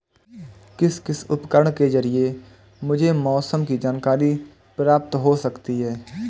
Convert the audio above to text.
किस किस उपकरण के ज़रिए मुझे मौसम की जानकारी प्राप्त हो सकती है?